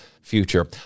future